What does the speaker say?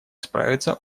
справиться